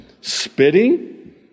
spitting